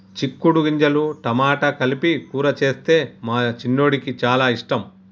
చిక్కుడు గింజలు టమాటా కలిపి కూర చేస్తే మా చిన్నోడికి చాల ఇష్టం